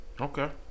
Okay